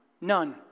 None